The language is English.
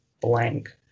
blank